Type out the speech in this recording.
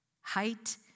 height